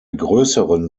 größeren